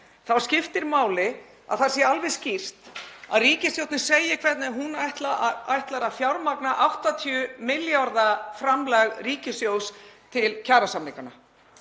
Þá skiptir máli að það sé alveg skýrt að ríkisstjórnin segi hvernig hún ætlar að fjármagna 80 milljarða framlag ríkissjóðs til kjarasamninganna,